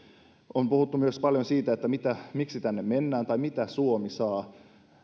on puhuttu paljon myös siitä että miksi tänne mennään tai mitä suomi saa